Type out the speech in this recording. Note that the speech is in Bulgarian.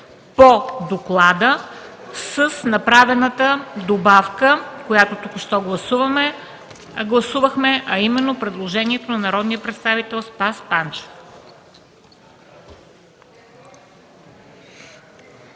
по доклада, с направената добавка, която току-що гласувахме, а именно предложението на народния представител Спас Панчев.